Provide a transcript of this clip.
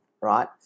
right